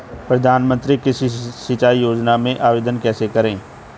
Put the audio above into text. प्रधानमंत्री कृषि सिंचाई योजना में आवेदन कैसे करें?